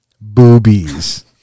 boobies